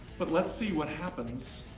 but let's see what happens,